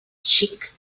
xic